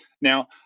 Now